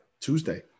Tuesday